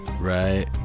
Right